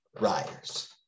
Riders